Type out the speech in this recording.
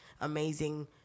amazing